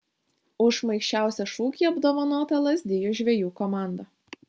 už šmaikščiausią šūkį apdovanota lazdijų žvejų komanda